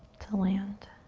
to land.